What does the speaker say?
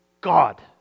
God